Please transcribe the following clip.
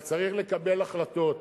אבל צריך לקבל החלטות,